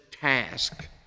task